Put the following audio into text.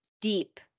deep